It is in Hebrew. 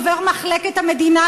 דובר מחלקת המדינה,